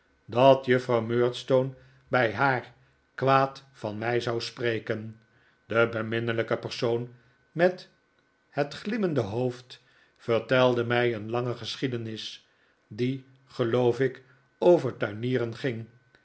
dat juffrouw murdstone bij haar kwaad van mij zou spreken de beminnelijke persoon met het glimmende hoofd vertelde mij een lange geschiedenis die geloof ik over tuinieren ging